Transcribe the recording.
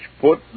put